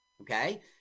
Okay